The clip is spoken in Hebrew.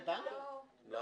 לא.